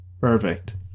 Perfect